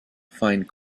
find